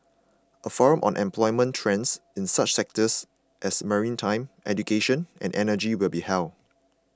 a forum on employment trends in such sectors as maritime education and energy will be held